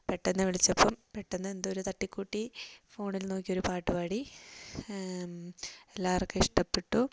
പെട്ടെന്ന് വിളിച്ചപ്പം പെട്ടെന്ന് എന്തോ ഒരു തട്ടിക്കൂട്ടി ഫോണിൽ നോക്കി ഒരു പാട്ടുപാടി എല്ലാവർക്കും ഇഷ്ടപ്പെട്ടു